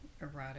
erotic